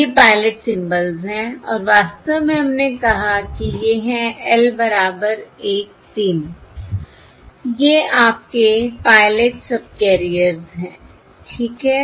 ये pilot symbols हैं और वास्तव में हमने कहा कि ये हैं L बराबर 13 ये आपके पायलट सबकैरियर्स हैं ठीक है